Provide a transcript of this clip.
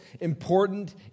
important